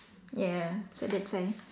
ya so that's why